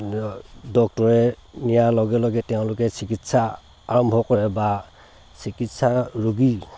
ডক্তৰে নিয়াৰ লগে লগে তেওঁলোকে চিকিৎসা আৰম্ভ কৰে বা চিকিৎসা ৰোগীৰ